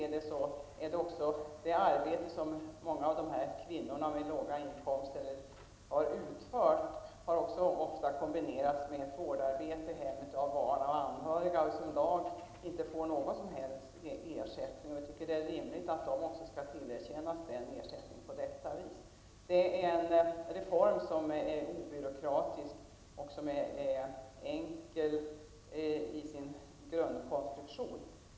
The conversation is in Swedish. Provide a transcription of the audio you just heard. Enligt vår uppfattning har det arbete som många av dessa kvinnor med låga inkomster har utfört ofta kombinerats med vård av hem, barn och anhöriga. I dag får dessa kvinnor ingen som helst ersättning. Det är rimligt att de också skall tillerkännas denna ersättning. Denna reform är inte byråkratisk och den är enkel i sin grundkonstruktion.